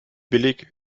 billig